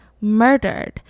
murdered